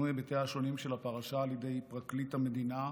היבטיה השונים של הפרשה על ידי פרקליט המדינה,